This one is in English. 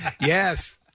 Yes